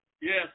Yes